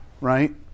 right